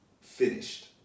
finished